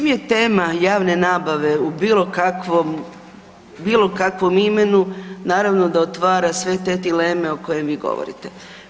Čim je tema javne nabave u bilo kakvom, bilo kakvom imenu naravno da otvara sve te dileme o kojima vi govorite.